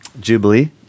Jubilee